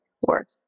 work